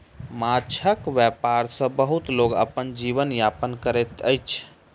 माँछक व्यापार सॅ बहुत लोक अपन जीवन यापन करैत अछि